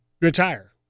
retire